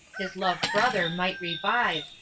his loved brother might revive,